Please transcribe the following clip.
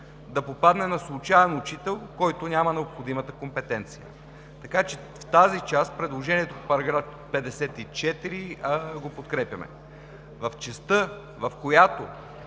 да попадне на случаен учител, който няма необходимата компетенция. В тази част предложението в § 54 го подкрепяме. В частта, в която